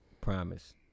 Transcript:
promise